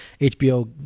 HBO